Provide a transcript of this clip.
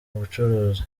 bucuruzi